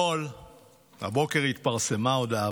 הבוקר התפרסמה הודעה,